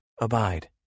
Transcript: Abide